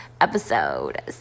episode